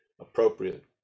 appropriate